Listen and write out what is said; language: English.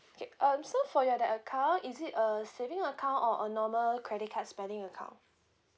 K um so for your that account is it a saving account or a normal credit card spending account